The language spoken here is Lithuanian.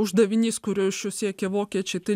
uždavinys kurio iš jo siekia vokiečiai tai